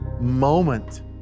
moment